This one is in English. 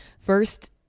first